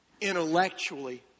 intellectually